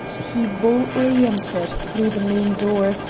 he boldly entered through the main door,